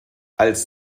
als